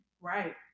Right